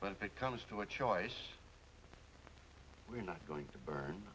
but if it comes to a choice we're not going to burn